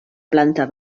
planta